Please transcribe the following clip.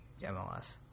MLS